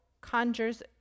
conjures